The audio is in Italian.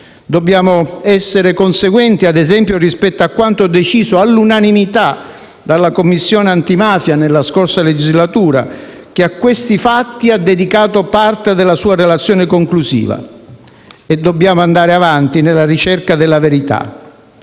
Dobbiamo essere conseguenti, ad esempio, rispetto a quanto deciso all'unanimità dalla Commissione parlamentare antimafia nella scorsa legislatura, che a questi fatti ha dedicato parte della sua relazione conclusiva, e dobbiamo andare avanti nella ricerca della verità.